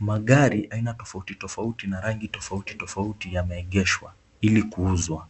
Magari aina tofauti tofauti na rangi tofauti tofauti yameegeshwa ili kuuzwa.